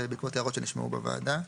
זה בעקבות הערות שנשמעו בוועדה.